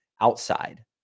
outside